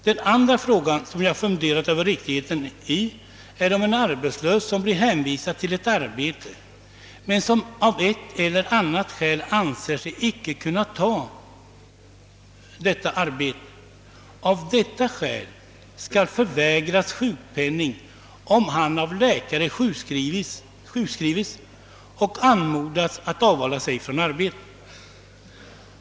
Den andra fråga jag funderat över är om en arbetslös, som blir anvisad ett arbete och av en eller annan anledning anser sig icke kunna ta detta, av detta skäl bör förvägras sjukpenning om han av läkare sjukskrivits och anmodats att avhålla sig från arbete.